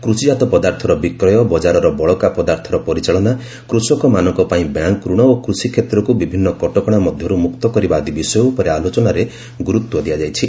କୁଷିଜାତ ପଦାର୍ଥର ବିକ୍ରୟ ବଜାରର ବଳକା ପଦାର୍ଥର ପରିଚାଳନା କୃଷକମାନଙ୍କପାଇଁ ବ୍ୟାଙ୍କ୍ ରଣ ଓ କୃଷିକ୍ଷେତ୍ରକୁ ବିଭିନ୍ନ କଟକଣା ମଧ୍ୟରୁ ମୁକ୍ତ କରିବା ଆଦି ବିଷୟ ଉପରେ ଆଲୋଚନାରେ ସ୍ୱତନ୍ତ୍ର ଗୁରୁତ୍ୱ ଦିଆଯାଇଛି